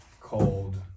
called